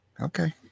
Okay